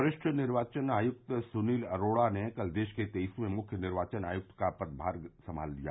वरिष्ठ निर्वाचन आयुक्त सुनील अरोड़ा ने कल देश के तेइसवें मुख्य निर्वाचन आयुक्त का पदभार संमाल लिया